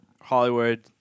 Hollywood